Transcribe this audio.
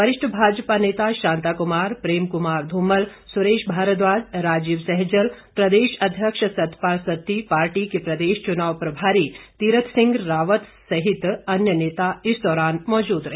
वरिष्ठ भाजपा नेता शांता कुमार प्रेम कुमार धूमल सुरेश भारद्वाज राजीव सहजल प्रदेश अध्यक्ष सतपाल सत्ती पार्टी के प्रदेश चुनाव प्रभारी तीरथ सिंह रावत सहित अन्य नेता इस दौरान मौजूद रहे